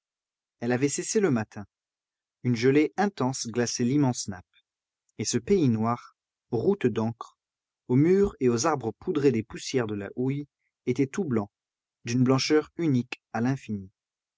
elle avait cessé le matin une gelée intense glaçait l'immense nappe et ce pays noir aux routes d'encre aux murs et aux arbres poudrés des poussières de la houille était tout blanc d'une blancheur unique à l'infini